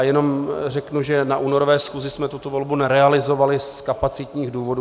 Jenom řeknu, že na únorové schůzi jsme tuto volbu nerealizovali z kapacitních důvodů.